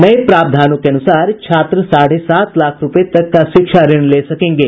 नये प्रावधानों के अनुसार छात्र साढ़े सात लाख रूपये तक का शिक्षा ऋण ले सकेंगे